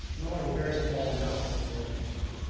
and only a very small amount took more than twenty.